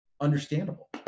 understandable